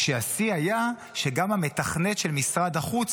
והשיא היה שגם המתכנת של משרד החוץ,